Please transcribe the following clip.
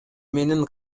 менен